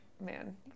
man